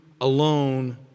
alone